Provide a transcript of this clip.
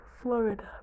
Florida